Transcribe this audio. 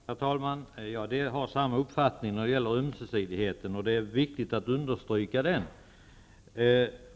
Herr talman! Jag har samma uppfattning som jordbruksministern när det gäller ömsesidigheten. Det är viktigt att understryka den.